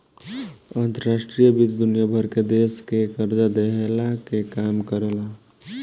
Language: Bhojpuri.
अंतर्राष्ट्रीय वित्त दुनिया भर के देस के कर्जा देहला के काम करेला